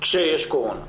כשיש קורונה.